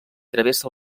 travessa